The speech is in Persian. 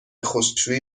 خشکشویی